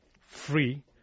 free